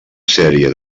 sèrie